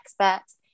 experts